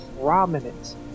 prominent